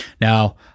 Now